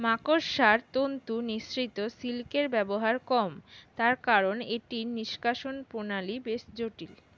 মাকড়সার তন্তু নিঃসৃত সিল্কের ব্যবহার কম, তার কারন এটির নিষ্কাশণ প্রণালী বেশ জটিল